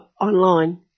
online